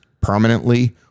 permanently